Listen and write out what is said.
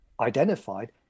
identified